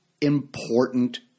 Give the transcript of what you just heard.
important